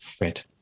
Right